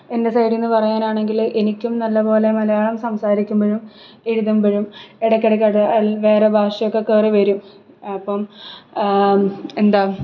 എൻ്റെ സൈഡിൽ നിന്ന് പറയാനാണെങ്കിൽ എനിക്കും നല്ല പോലെ മലയാളം സംസാരിക്കുമ്പോഴും എഴുതുമ്പോഴും ഇടയ്ക്കിടക്കൊക്കെ അതിൽ വേറെ ഭാഷയൊക്കെ കയറി വരും അപ്പം എന്താണ്